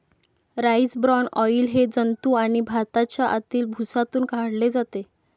rice bran oil हे जंतू आणि भाताच्या आतील भुसातून काढले जाते